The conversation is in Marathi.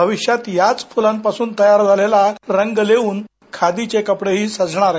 भविष्यात याच फुलांपासून तयार झालेला रंग लेवून खादीचे कपडेही सजणार आहेत